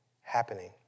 happening